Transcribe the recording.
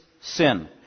sin